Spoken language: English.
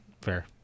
Fair